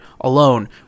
alone